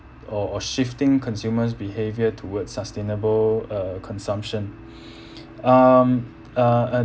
or or shifting consumers' behaviour towards sustainable uh consumption um uh uh